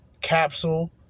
Capsule